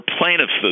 plaintiff's